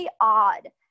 odd